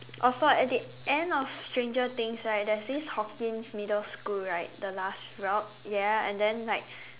also at the end of Stranger Things right there is this Hawkins Middle School right the last route ya and then like